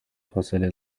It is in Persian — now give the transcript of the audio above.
فاصله